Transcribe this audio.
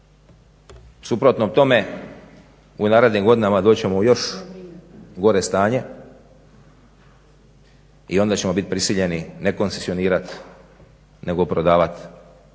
Suprotno tome u narednim godinama doći ćemo u još gore stanje, i onda ćemo biti prisiljeni ne koncesionirati, nego prodavati,